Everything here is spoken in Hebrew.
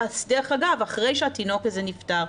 דרך אגב, אחרי שהתינוק הזה נפטר,